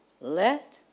Let